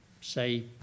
say